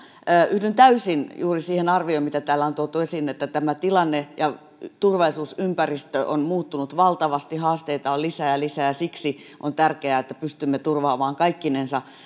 yhdyn täysin juuri siihen arvioon mitä täällä on tuotu esiin että tämä tilanne ja turvallisuusympäristö ovat muuttuneet valtavasti haasteita on lisää ja lisää ja siksi on tärkeää että pystymme turvaamaan kaikkinensa